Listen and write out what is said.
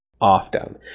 often